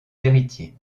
héritier